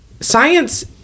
science